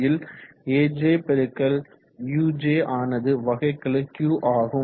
ல் aj x uj ஆனது வகைக்கெழு Q ஆகும்